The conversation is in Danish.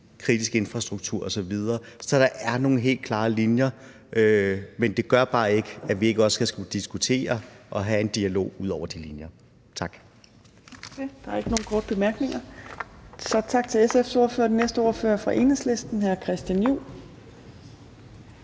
kritisk infrastruktur osv., så der er nogle helt klare linjer. Men det gør bare ikke, at vi ikke også skal kunne diskutere og have en dialog ud over de linjer. Tak. Kl. 18:25 Fjerde næstformand (Trine Torp): Der er ikke nogen korte bemærkninger, så tak til SF's ordfører. Den næste ordfører er fra Enhedslisten, og det er hr. Christian Juhl.